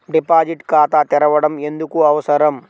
Deposit ఖాతా తెరవడం ఎందుకు అవసరం?